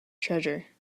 treasure